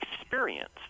experience